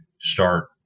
start